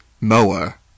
Mower